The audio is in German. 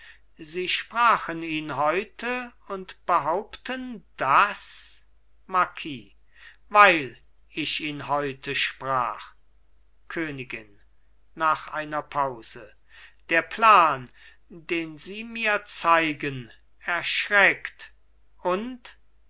sie sprachen ihn heute und behaupten das marquis weil ich ihn heute sprach königin nach einer pause der plan den sie mir zeigen erschreckt und